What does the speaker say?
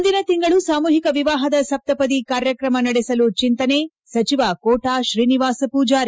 ಮುಂದಿನ ತಿಂಗಳು ಸಾಮೂಹಿಕ ವಿವಾಹದ ಸಪ್ತಪದಿ ಕಾರ್ಯಕ್ರಮ ನಡೆಸಲು ಚಿಂತನೆ ಸಚವ ಕೋಟಾ ತ್ರೀನಿವಾಸ ಪೂಜಾರಿ